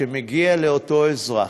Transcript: כשמגיע לאותו אזרח,